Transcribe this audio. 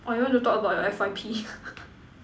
or you want to talk about your F_Y_P